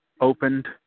opened